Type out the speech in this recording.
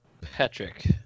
Patrick